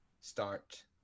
start